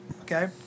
okay